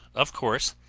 of course,